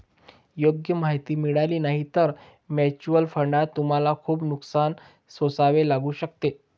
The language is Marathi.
योग्य माहिती मिळाली नाही तर म्युच्युअल फंडात तुम्हाला खूप नुकसान सोसावे लागू शकते